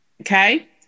Okay